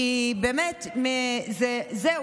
כי באמת, זהו,